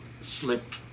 slip